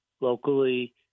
locally